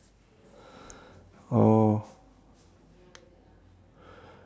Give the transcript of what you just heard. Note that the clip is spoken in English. oh